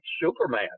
Superman